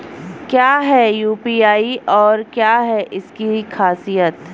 क्या है यू.पी.आई और क्या है इसकी खासियत?